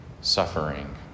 suffering